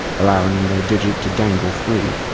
allowing the digit to dangle free.